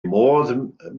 modd